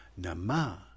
Namah